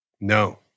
no